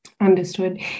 understood